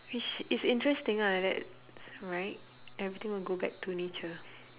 which is interesting ah that right everything will go back to nature